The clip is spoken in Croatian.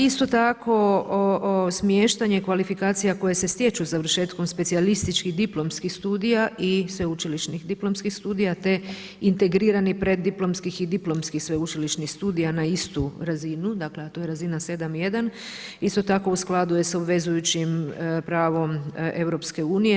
Isto tako smještanje kvalifikacija koje se stječu završetkom specijalističkih diplomskih studija i sveučilišnih diplomskih studija te integriranih preddiplomskih i diplomskih sveučilišnih studija na istu razinu dakle a to je razina 7.1 isto tako u skladu je s obvezujućim pravom Europske unije.